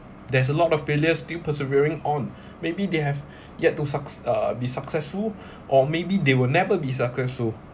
there's a lot of failure still persevering on maybe they have yet to suc~ uh be successful or maybe they will never be successful